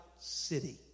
city